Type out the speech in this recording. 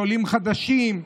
לעולים חדשים,